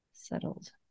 settled